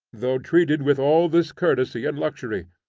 though treated with all this courtesy and luxury.